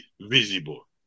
visible